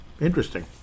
Interesting